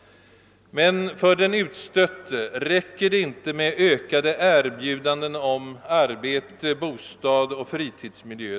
Men för den utstötte räcker det inte med t.ex. ökade erbjudanden om arbete, bostad och fritidsmiljö.